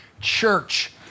church